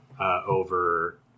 over